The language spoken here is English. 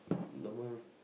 normal